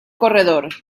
corredor